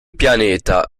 pianeta